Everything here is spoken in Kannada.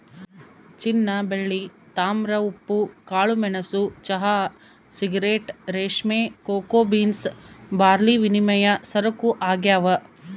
ಚಿನ್ನಬೆಳ್ಳಿ ತಾಮ್ರ ಉಪ್ಪು ಕಾಳುಮೆಣಸು ಚಹಾ ಸಿಗರೇಟ್ ರೇಷ್ಮೆ ಕೋಕೋ ಬೀನ್ಸ್ ಬಾರ್ಲಿವಿನಿಮಯ ಸರಕು ಆಗ್ಯಾವ